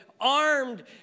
armed